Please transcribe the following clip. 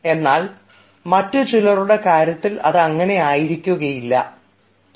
എന്നാൽ മറ്റു ചിലരുടെ കാര്യത്തിൽ അത് ആയിരിക്കില്ല അവസ്ഥ